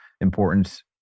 importance